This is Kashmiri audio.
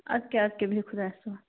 اَدٕ کیٛاہ اَدٕ کیٛاہ بِہِو خۅدایس حوال